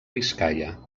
biscaia